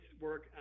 work